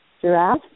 Giraffe